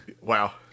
Wow